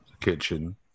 kitchen